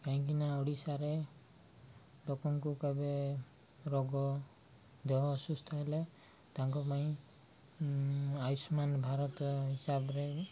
କାହିଁକିନା ଓଡ଼ିଶାରେ ଲୋକଙ୍କୁ କେବେ ରୋଗ ଦେହ ଅସୁସ୍ଥ ହେଲେ ତାଙ୍କ ପାଇଁ ଆୟୁଷ୍ମାନ ଭାରତ ହିସାବରେ